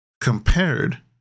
compared